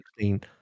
16